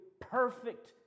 perfect